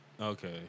Okay